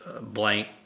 blank